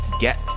get